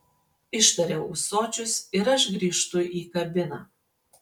ištaria ūsočius ir aš grįžtu į kabiną